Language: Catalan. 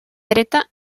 dreta